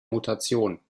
mutation